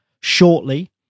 shortly